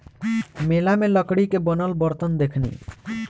मेला में लकड़ी के बनल बरतन देखनी